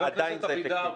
עדיין זה אפקטיבי.